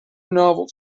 novel